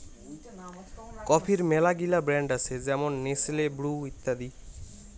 কফির মেলাগিলা ব্র্যান্ড আসে যেমন নেসলে, ব্রু ইত্যাদি